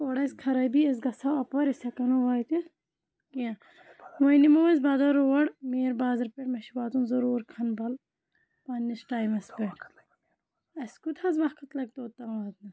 اورٕ آسہِ خرٲبی أسۍ گژھو اَپٲرۍ أسۍ ہٮ۪کو نہٕ وٲتِتھ کینٛہہ وۄنۍ نِمو أسۍ بَدَل روڈ میٖر بازرٕ پٮ۪ٹھ مےٚ چھِ واتُن ضروٗر کھَنہٕ بَل پنٛنِس ٹایمَس پٮ۪ٹھ اَسہِ کوٗت حظ وقت لَگہِ توٚتامَتھ